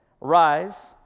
rise